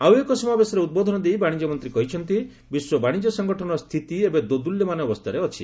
ଆଉ ଏକ ସମାବେଶରେ ଉଦ୍ବୋଧନ ଦେଇ ବାଣିଜ୍ୟ ମନ୍ତ୍ରୀ କହିଛନ୍ତି ବିଶ୍ୱ ବାଣିଜ୍ୟ ସଙ୍ଗଠନର ସ୍ଥିତି ଏବେ ଦୋଦୁଲ୍ୟମାନ ଅବସ୍ଥାରେ ଅଛି